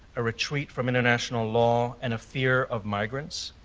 a retreat from international law and a fear of migrants.